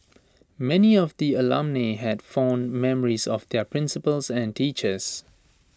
many of the alumnae had fond memories of their principals and teachers